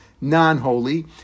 non-holy